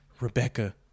Rebecca